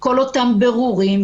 כל אותם בירורים,